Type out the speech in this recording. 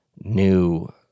new